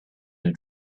your